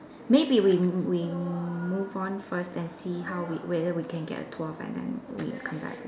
maybe we we move on first then see how we whether we can get a twelve and then we come back